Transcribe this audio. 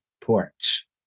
porch